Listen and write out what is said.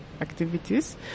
activities